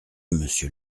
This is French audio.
monsieur